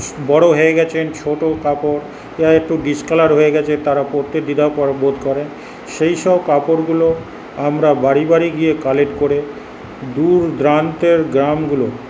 বড়ো হয়ে গেছেন ছোটো কাপড় বা একটু ডিসকালার হয়ে গেছে তারা পরতে দ্বিধা বোধ করেন সেইসব কাপড়গুলো আমরা বাড়ি বাড়ি গিয়ে কালেক্ট করে দূর দূরান্তের গ্রামগুলো